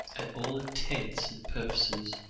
all intents and purposes,